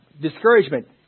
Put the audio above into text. Discouragement